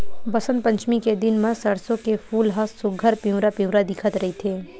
बसंत पचमी के दिन म सरसो के फूल ह सुग्घर पिवरा पिवरा दिखत रहिथे